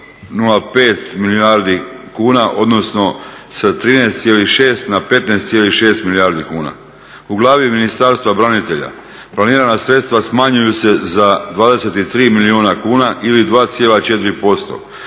2,05 milijardi kuna, odnosno sa 13,6 na 15,6 milijardi kuna. U glavi Ministarstva branitelja planirana sredstva smanjuju se za 23 milijuna kuna ili 2,4%